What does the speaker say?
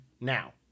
Now